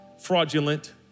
fraudulent